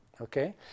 Okay